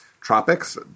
tropics